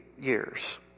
years